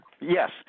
Yes